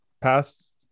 past